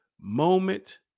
moment